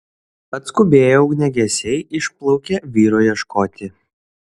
atskubėję ugniagesiai išplaukė vyro ieškoti